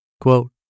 Quote